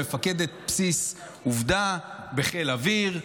מפקדת בסיס עובדה בחיל האוויר.